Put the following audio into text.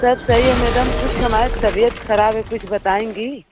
सबी सही है मैडम कुछ हमारा तबीयत खराब है कुछ बताएँगी